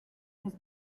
has